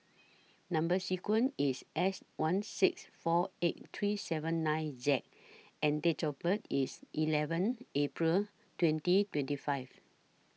Number sequence IS S one six four eight three seven nine Z and Date of birth IS eleven April twenty twenty five